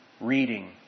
reading